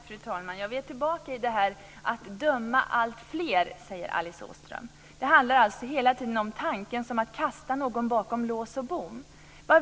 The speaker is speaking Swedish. Fru talman! Vi är tillbaka vid att, som Alice Åström säger, döma alltfler. Det handlar hela tiden om tanken att försätta några bakom lås och bom.